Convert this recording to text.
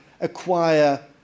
acquire